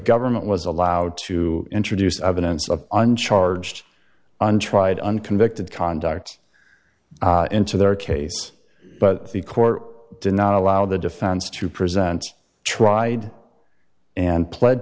government was allowed to introduce evidence of uncharged untried unconvicted conduct into their case but the court did not allow the defense to present tried and pled